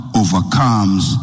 overcomes